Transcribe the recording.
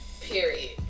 Period